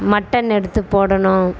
mutton எடுத்து போடணும்